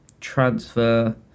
transfer